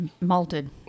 Malted